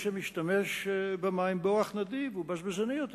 שמשתמש במים באורח נדיב ובזבזני יותר.